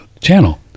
channel